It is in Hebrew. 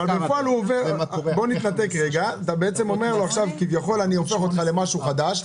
אתה בעצם אומר לו שעכשיו כביכול אתה הופך אותו למשהו חדש,